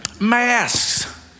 masks